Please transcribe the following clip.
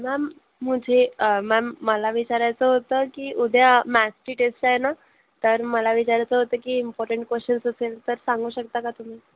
ma'am मुजे ma'am मला विचारायचं होतं की उद्या मॅथ्सची टेस्ट आहे ना तर मला विचारायचं होतं की इम्पॉटंट क्वेशन्स असेल तर सांगू शकता का तुम्ही